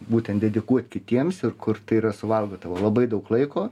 būtent dedikuot kitiems ir kur tai yra suvalgo tavo labai daug laiko